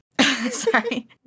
Sorry